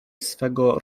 swego